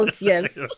yes